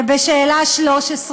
ובשאלה 13: